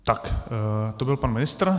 Tak to byl pan ministr.